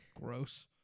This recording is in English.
Gross